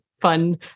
fun